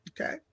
Okay